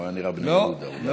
לא.